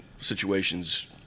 situations